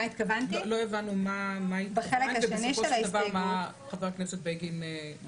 מה חבר הכנסת בגין התכוון.